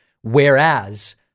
whereas